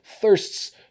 thirsts